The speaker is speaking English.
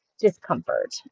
discomfort